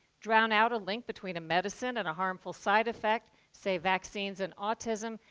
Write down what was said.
drown out a link between a medicine and a harmful side effect say, vaccines and autism,